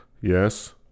Yes